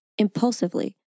Impulsively